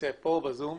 נמצא אתנו ב-זום.